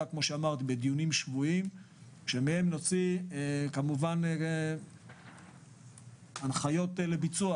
בדיונים שבועיים שמהם נוציא הנחיות לביצוע.